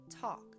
talk